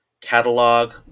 catalog